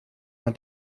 man